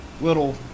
little